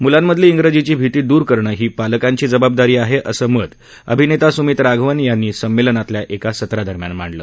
मुलांमधली इंग्रजीची भिती दूर करणं पालकांची जबाबदारी आहे मत अभिनेता सुमित राघवन यांनी संमेलनातल्या एका सत्रादरम्यान मांडलं